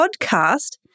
podcast